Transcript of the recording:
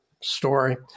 story